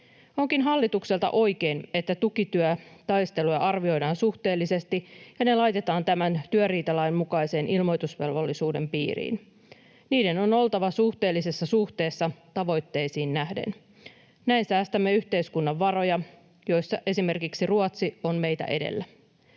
Onkin hallitukselta oikein, että tukityötaisteluja arvioidaan suhteellisesti ja ne laitetaan tämän työriitalain mukaisen ilmoitusvelvollisuuden piiriin. Niiden on oltava suhteellisessa suhteessa tavoitteisiin nähden. Näin säästämme yhteiskunnan varoja, missä esimerkiksi Ruotsi on meitä edellä.